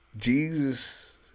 Jesus